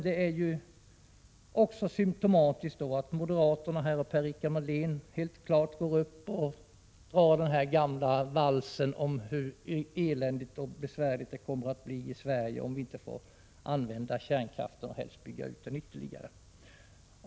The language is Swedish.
Det är då symtomatiskt att moderaterna och Per-Richard Molén här klart går upp och drar den gamla valsen om hur eländigt och besvärligt det kommer att bli i Sverige om vi inte får använda kärnkraften och helst bygga ut den ytterligare.